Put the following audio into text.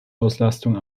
auslastung